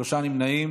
שלושה נמנעים,